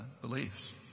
beliefs